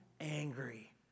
angry